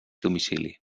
domicili